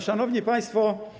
Szanowni Państwo!